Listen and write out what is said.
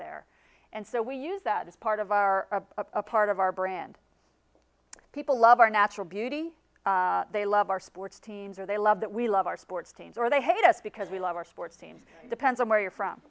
there and so we use that as part of our part of our brand people love our natural beauty they love our sports teams are they love that we love our sports teams or they hate us because we love our sports team depends on where you're from